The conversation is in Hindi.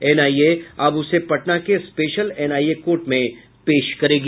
एनआईए अब उसे पटना के स्पेशल एनआईए कोर्ट में पेश करेगी